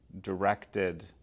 directed